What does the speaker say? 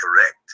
correct